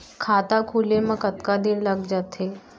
खाता खुले में कतका दिन लग जथे?